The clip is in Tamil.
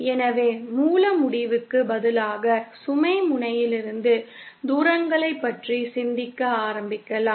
எனவே மூல முடிவுக்கு பதிலாக சுமை முனையிலிருந்து தூரங்களைப் பற்றி சிந்திக்க ஆரம்பிக்கலாம்